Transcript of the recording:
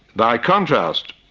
by contrast,